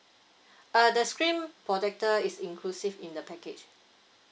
uh the screen protector is inclusive in the package